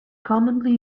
commonly